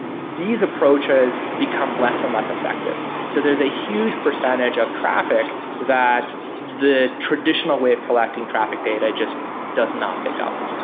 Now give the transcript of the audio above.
these approaches become less and less effective. so there's a huge percentage of traffic that the traditional way of collecting traffic data just does not pick up.